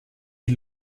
die